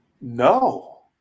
No